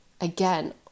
again